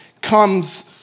comes